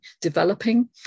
developing